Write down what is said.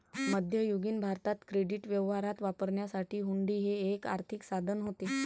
मध्ययुगीन भारतात क्रेडिट व्यवहारात वापरण्यासाठी हुंडी हे एक आर्थिक साधन होते